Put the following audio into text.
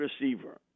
receiver